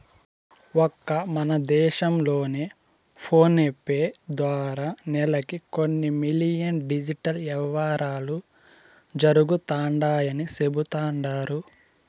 ఒక్క మన దేశం లోనే ఫోనేపే ద్వారా నెలకి కొన్ని మిలియన్ డిజిటల్ యవ్వారాలు జరుగుతండాయని సెబుతండారు